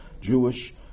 Jewish